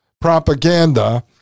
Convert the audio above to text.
Propaganda